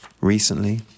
recently